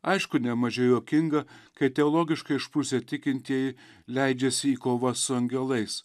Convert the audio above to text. aišku ne mažiau juokinga kai teologiškai išprusę tikintieji leidžiasi į kovą su angelais